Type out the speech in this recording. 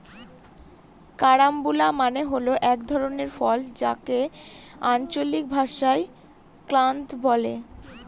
carambola মানে হল এক ধরনের ফল যাকে আঞ্চলিক ভাষায় ক্রাঞ্চ বলে